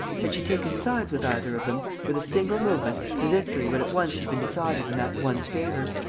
had she taken sides with either of them, with a single movement, the victory would at once have been decided in that one's favour.